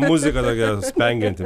muzika tokia spengianti